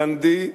גנדי,